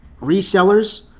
resellers